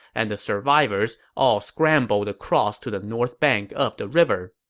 and the survivors all scrambled across to the north bank of the river